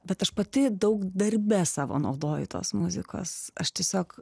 bet aš pati daug darbe savo naudoju tos muzikos aš tiesiog